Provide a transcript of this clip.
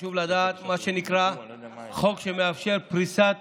חשוב לדעת, מה שנקרא, שזה חוק שמאפשר פריסת